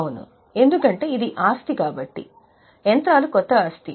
అవును ఎందుకంటే ఇది ఆస్తి కాబట్టి యంత్రాలు కొత్త ఆస్తి